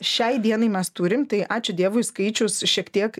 šiai dienai mes turim tai ačiū dievui skaičius šiek tiek